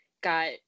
got